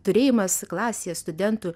turėjimas klasėje studentų